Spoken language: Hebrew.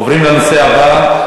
עפו אגבאריה,